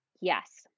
Yes